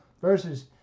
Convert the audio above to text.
versus